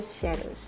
Shadows